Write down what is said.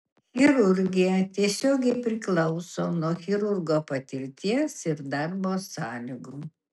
chirurgija tiesiogiai priklauso nuo chirurgo patirties ir darbo sąlygų